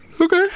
okay